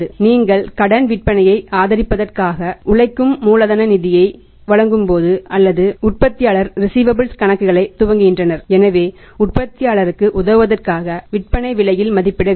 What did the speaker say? நீங்கள் கடன் விற்பனையை ஆதரிப்பதற்காக உழைக்கும் மூலதன நிதியை வழங்கும்போது அல்லது உற்பத்தியாளர் ரிஸீவபல்ஸ் கணக்குகள் விற்பனையாளருக்கு வங்கிகளில் அதிக வரவுகளைக் காண உதவும் விலையில் அல்லாமல் விற்பனை விலையில் மதிப்பிடப்பட வேண்டும்